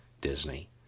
Disney